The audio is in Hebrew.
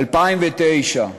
2009,